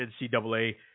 NCAA